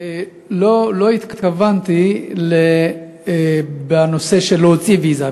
לא התכוונתי בנושא של להוציא ויזה.